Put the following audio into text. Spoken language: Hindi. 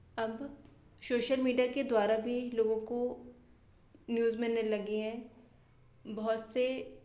अब सोसल मीडिया के द्वारा भी लोगों को न्यूज़ मिलने लगी है बहुत से